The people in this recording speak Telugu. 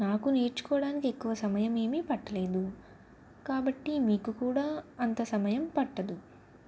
నాకు నేర్చుకోవడానికి ఎక్కువ సమయం ఏమి పట్టలేదు కాబట్టి మీకు కూడా అంత సమయం పట్టదు